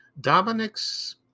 Dominic's